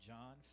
John